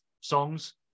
songs